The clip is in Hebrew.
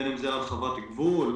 להרחיב את הגבולות?